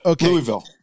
Louisville